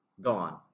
Gone